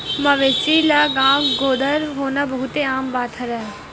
मवेशी ल घांव गोदर होना बहुते आम बात हरय